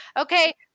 Okay